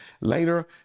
later